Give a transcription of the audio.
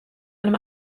einem